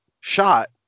shot